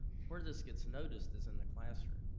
where this gets noticed is in the classroom.